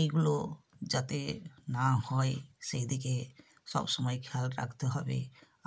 এইগুলো যাতে না হয় সেই দিকে সব সময় খেয়াল রাখতে হবে